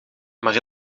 maar